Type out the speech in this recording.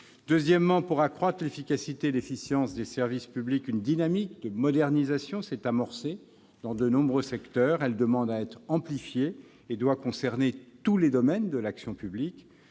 Deuxièmement, pour accroître l'efficacité et l'efficience des services publics, une dynamique de modernisation s'est amorcée dans de nombreux secteurs. Elle demande à être amplifiée et doit concerner tous les domaines de l'action publique.